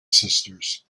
sisters